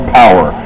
power